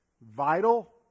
vital